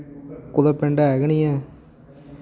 कुतै पिंड ऐ गै निं ऐ